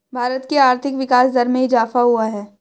भारत की आर्थिक विकास दर में इजाफ़ा हुआ है